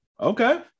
Okay